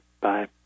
Bye